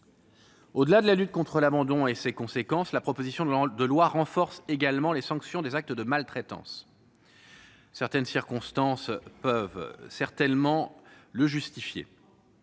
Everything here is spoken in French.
Au-delà de la lutte contre l'abandon et ses conséquences, la proposition de loi renforce également les sanctions des actes de maltraitance. Certaines circonstances le justifient,